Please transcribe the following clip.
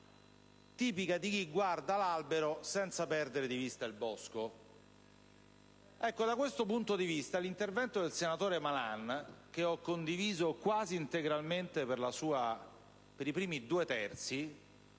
tipica di chi guarda l'albero senza perdere di vista il bosco. Da questo punto di vista, l'intervento del senatore Malan, che ho condiviso quasi integralmente per i primi due terzi,